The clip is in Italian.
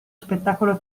spettacolo